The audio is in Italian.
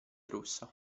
russa